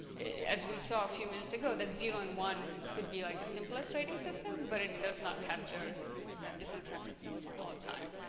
as we saw a few minutes ago that zero and one could be like the simplest rating system but it does not capture different preferences all the time